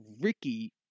Ricky